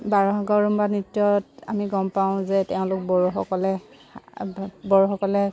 বাগৰুম্বা নৃত্যত আমি গম পাওঁ যে তেওঁলোক বড়োসকলে বড়োসকলে